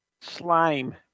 slime